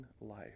life